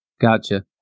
Gotcha